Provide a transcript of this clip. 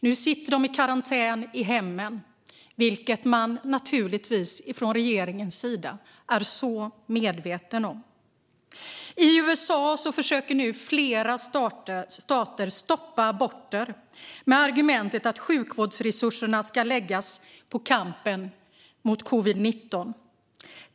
Nu sitter de i karantän i hemmen, vilket regeringen naturligtvis är medveten om. I USA försöker flera stater nu stoppa aborter med argumentet att sjukvårdsresurserna ska läggas på kampen mot covid-19.